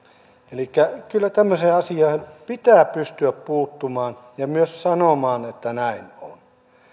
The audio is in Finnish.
elikkä kyllä tämmöiseen asiaan pitää pystyä puuttumaan ja myös sanomaan että näin on